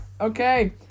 Okay